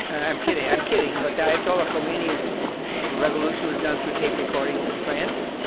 i'm kidding, i'm kidding, but ayatollah khomeini's revolution was done through tape recordings from france.